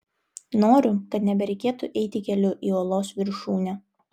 noriu kad nebereikėtų eiti keliu į uolos viršūnę